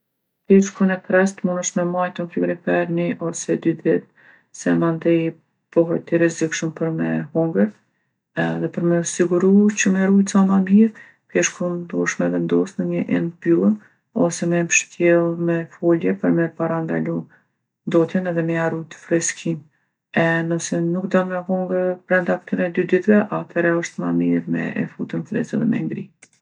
Peshkun e freskt munesh me majtë n'frigorifer ni ose dy ditë se mandej bohet i rrezikshëm për me honger edhe për me u siguru që me e rujtë sa ma mirë, peshkun duhesh me vendosë në nji enë të mbyllun ose me mshtjellë me folje për me parandalu ndotjen edhe me ia rujtë freskinë. E nëse nuk don me hongër brenda ktyne dy ditve, athere osht ma mire me e fut ën friz edhe me e ngri.